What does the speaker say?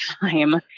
time